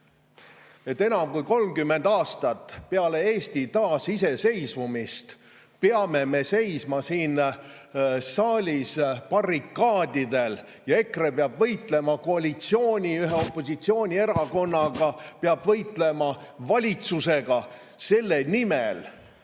et enam kui 30 aastat peale Eesti taasiseseisvumist peame me seisma siin saalis barrikaadidel ja EKRE peab opositsioonis võitlema ühe koalitsioonierakonnaga, peab võitlema valitsusega selle nimel,